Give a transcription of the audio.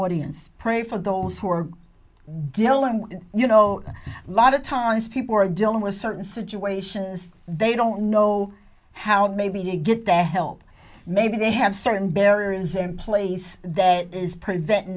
audience pray for those who are dealing with you know a lot of times people are dealing with certain situations they don't know how maybe they get the help maybe they have certain barriers in place that is preventing